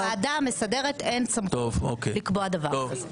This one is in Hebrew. לוועדה המסדרת אין סמכות לקבוע דבר כזה.